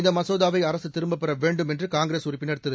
இந்த மசோதாவை அரசு திரும்பப்பெற வேண்டும் என்று காங்கிரஸ் உறுப்பினர் திரு